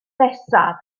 nesaf